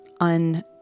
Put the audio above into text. un